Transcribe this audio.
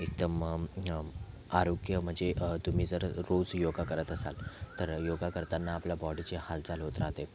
एकदम आरोग्य म्हणजे तुम्ही जर रोज योगा करत असाल तर योगा करताना आपल्या बॉडीची हालचाल होत राहते